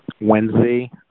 Wednesday